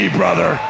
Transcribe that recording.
brother